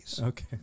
Okay